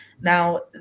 Now